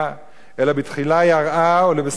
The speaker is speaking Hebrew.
אלא בתחילה יראה ולבסוף שקטה.